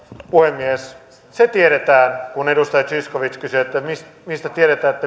puhemies kun edustaja zyskowicz kysyi että mistä mistä tiedetään